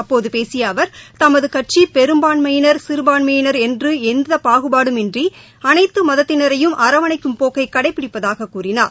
அப்போதபேசியஅவர் தமதுகட்சிபெரும்பான்மையினர் சிறுபான்மையினர் இன்றிஎந்தபாகுபாடுமின்றிஅனைத்தமதத்தினரையும் அரவணைக்கும் போக்கைகடைபிடிப்பதாகக் குறிப்பிட்டார்